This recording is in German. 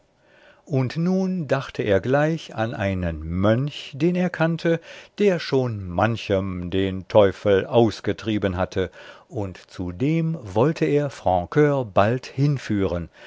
und nun dachte er gleich an einen mönch den er kannte der schon manchem den teufel ausgetrieben hatte und zu dem wollte er francur bald hinführen